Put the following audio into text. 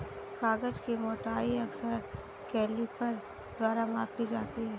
कागज की मोटाई अक्सर कैलीपर द्वारा मापी जाती है